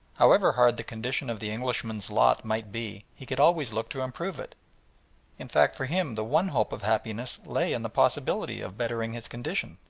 however hard the condition of the englishman's lot might be he could always look to improve it in fact for him the one hope of happiness lay in the possibility of bettering his condition,